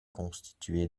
constitué